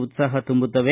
ಉತ್ಸಾಹ ತುಂಬುತ್ತವೆ